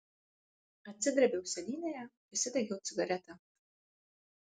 atsidrėbiau sėdynėje prisidegiau cigaretę